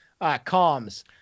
comms